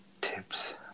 Tips